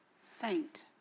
saint